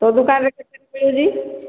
ତୋ ଦୋକାନରେ ମିଳୁଛି